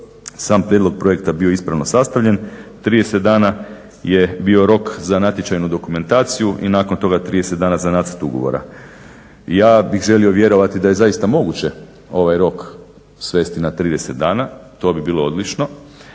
sam prijedlog projekta bio ispravno sastavljen. 30 dana je bio rok za natječajnu dokumentaciju i nakon toga 30 dana za nacrt ugovora. Ja bih želio vjerovati da je zaista moguće ovaj rok svesti na 30 dana. To bi bilo odlično.